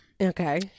Okay